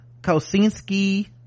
kosinski